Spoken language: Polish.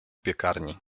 piekarni